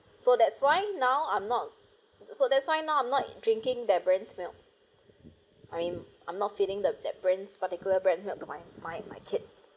so that's why now I'm not so that's why now I'm not drinking their brand's milk I mean I'm not feeling the that brands particular brand milk my my my kid